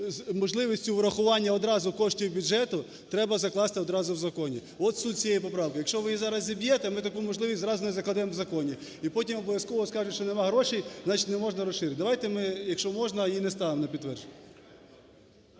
можливістю врахування одразу коштів бюджету треба закласти одразу в законі. От суть цієї поправки. Якщо ви її зараз зіб'єте, ми таку можливість зразу не закладемо в законі. І потім обов'язково скажуть, що нема грошей, значить, не можна розширити. Давайте ми, якщо можна, і не ставимо на підтвердження.